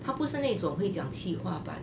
她不是那种会讲气话 but